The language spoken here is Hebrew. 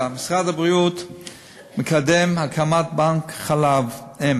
7. משרד הבריאות מקדם הקמת בנק חלב-אם